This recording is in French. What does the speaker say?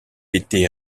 été